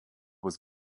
was